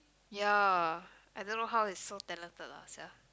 ya I don't know how it so talented lah sia